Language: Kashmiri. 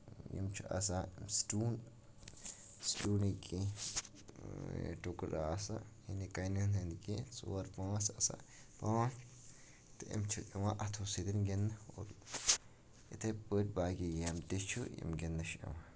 یِم چھِ آسان سٔٹوٗن سٔٹوٗنٕکۍ کیٚنٛہہ تُکرٕ آسان یا کَنین ہِندۍ کیٚنٛہہ ژور پانٛژھ آسان پانٛژھ تہٕ یِم چھِ یِوان اَتھو سۭتۍ گِندنہٕ اور یِتھٕے پٲٹھۍ باقٕے گیمہٕ تہِ چھُ یِم گِندنہٕ چھِ یِوان